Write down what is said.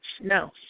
No